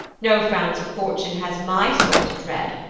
no frowns of fortune has my soul to dread.